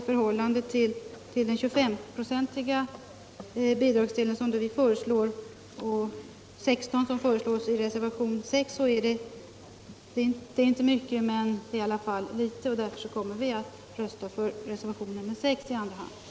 I förhållande till den 25-procentiga bidragsdel som vi föreslår är en 16-procentig bidragsdel som föreslås i reservation nr 6 inte mycket, men det är i alla fall något och därför kommer vi att rösta för reservation nr 6 i andra hand.